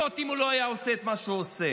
אם הוא לא היה עושה את מה שהוא עושה.